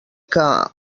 que